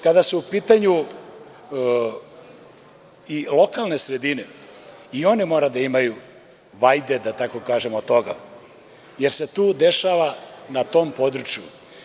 Kada su u pitanju lokalne sredine i one moraju da imaju, da tako kažem od toga, jer se tu dešava na tom području.